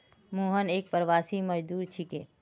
मोहन एक प्रवासी मजदूर छिके